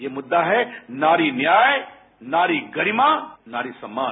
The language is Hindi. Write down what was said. ये मुद्दा है नारी न्याय नारी गरिमा नारी सम्मान